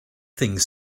things